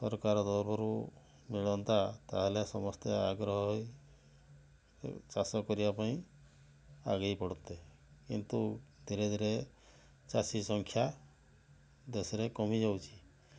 ସରକାର ତରଫରୁ ମିଳନ୍ତା ତା'ହେଲେ ସମସ୍ତେ ଆଗ୍ରହ ହୋଇ ଚାଷ କରିବା ପାଇଁ ଆଗେଇ ପଡ଼ନ୍ତେ କିନ୍ତୁ ଧୀରେ ଧୀରେ ଚାଷୀ ସଂଖ୍ୟା ଦେଶରେ କମି ଯାଉଛି